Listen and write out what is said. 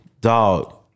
Dog